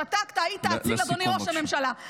שתקת, היית אצילי, אדוני ראש הממשלה.